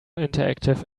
interactive